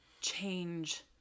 change